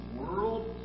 world